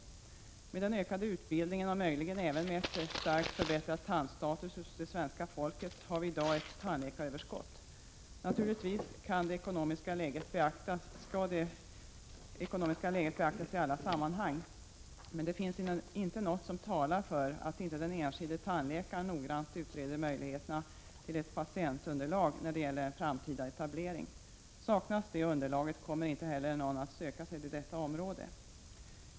På grund av den ökade utbildningen och möjligen även en starkt förbättrad tandstatus hos det svenska folket har vi i dag ett tandläkaröverskott. Naturligtvis skall det ekonomiska läget beaktas i alla sammanhang, men det finns inte något som talar för att inte den enskilde tandläkaren noggrant utreder möjligheterna till ett patientunderlag när det gäller en framtida etablering. Saknas det underlaget, kommer ingen att söka sig till området i fråga.